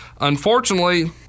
Unfortunately